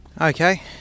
Okay